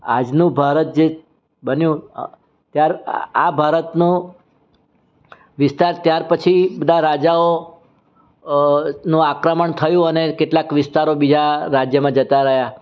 આજનું ભારત જે બન્યું આ ભારતનું વિસ્તાર ત્યાર પછી બધા રાજાઓ નું આક્રમણ થયું અને કેટલાક વિસ્તારો બીજા રાજ્યમાં જતા રહ્યા